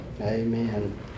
Amen